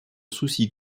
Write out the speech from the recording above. souci